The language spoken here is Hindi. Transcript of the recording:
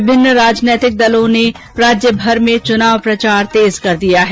विभिन्न राजनीतिक दलों ने राज्यभर में चुनाव प्रचार तेज कर दिया है